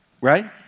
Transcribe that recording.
right